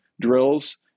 drills